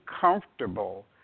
comfortable